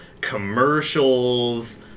commercials